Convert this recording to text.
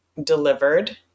delivered